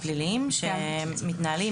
הפליליים שמתנהלים,